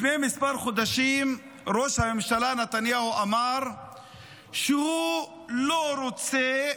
לפני כמה חודשים ראש הממשלה נתניהו אמר שהוא לא רוצה